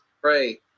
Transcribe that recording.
pray